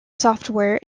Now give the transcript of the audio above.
software